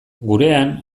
gurean